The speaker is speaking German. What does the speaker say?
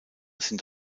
sind